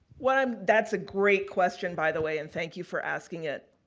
one, um that's a great question by the way and thank you for asking it.